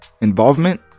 Involvement